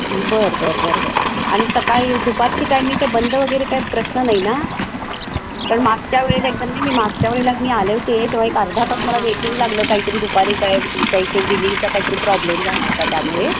बर बर बर बर आणि सकाळी दुपारची टायमिंग काय बंद वगैरे काय प्रश्न नाही ना कारण मागच्या वेळेला एकदा नाही नाही मागच्या वेळेला मी आले होते तेव्हा एक अर्धा तास मला वेटिंग लागलं काहीतरी दुपारी काय तुमच्या इथे बिलिंगचा काहीतरी प्रॉब्लेम झाला होता त्यामुळे